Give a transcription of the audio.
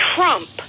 Trump